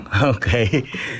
Okay